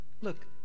Look